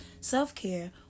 self-care